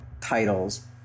titles